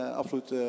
absoluut